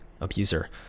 abuser